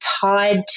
tied